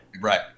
right